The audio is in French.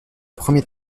premier